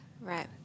Right